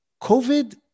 COVID